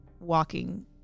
walking